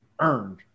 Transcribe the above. earned